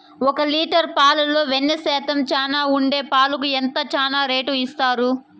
ఒక లీటర్ పాలలో వెన్న శాతం చానా ఉండే పాలకు ఎంత చానా రేటు ఇస్తారు?